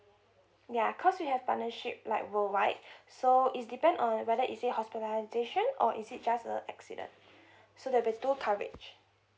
ya cause we have partnership like worldwide so is depend on the weather is say hospitalization or is it just a accident so there'll be two coverage